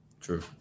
True